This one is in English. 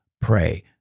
pray